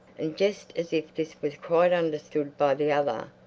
and just as if this was quite understood by the other,